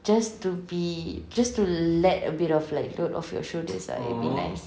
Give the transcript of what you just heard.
just to be just to let a bit of load off your shoulders ah it'd be nice